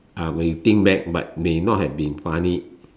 ah when you think back but may not have been funny